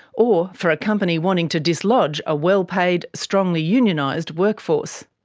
or for a company wanting to dislodge a well-paid, strongly unionised workforce.